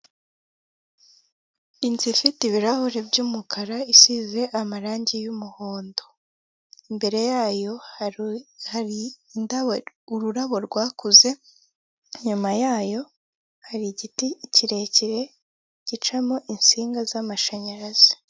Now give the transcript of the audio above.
Inzu ifite ibirahure by'umukara isize amarangi y'umuhondo imbere yayo hari ururabo rwakuze inyuma yayo hari igiti kirekire gicamo insinga z'amashanyarazi .